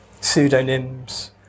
pseudonyms